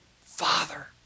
Father